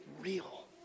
real